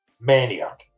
maniac